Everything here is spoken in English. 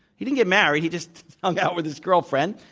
he didn't get married. he just hung out with his girlfriend.